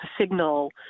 signal